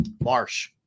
Marsh